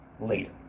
later